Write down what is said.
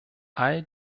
all